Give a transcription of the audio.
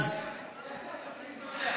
מאיפה המפקד יודע?